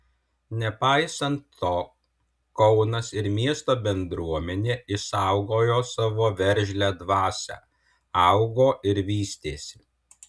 nepaisant to kaunas ir miesto bendruomenė išsaugojo savo veržlią dvasią augo ir vystėsi